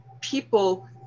people